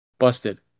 busted